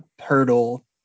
hurdle